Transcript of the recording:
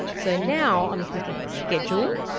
so now i'm clicking, schedule,